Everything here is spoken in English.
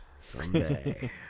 Someday